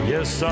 Yes